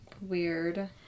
Weird